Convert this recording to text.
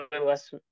less